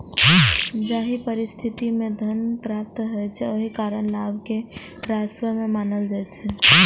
जाहि परिस्थिति मे धन प्राप्त होइ छै, ओहि कारण लाभ कें राजस्व नै मानल जाइ छै